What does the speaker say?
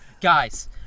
Guys